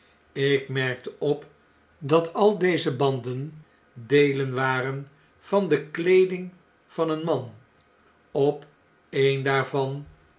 ik merkte op dat al deze banden deelen waren van de kleeding van een man op een daarvan